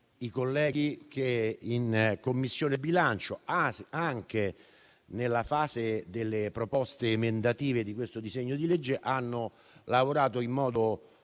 i colleghi che in Commissione bilancio, anche nella fase delle proposte emendative a questo disegno di legge, hanno lavorato in modo